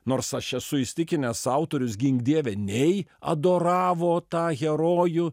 nors aš esu įsitikinęs autorius gink dieve nei adoravo tą herojų